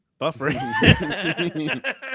buffering